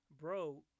bro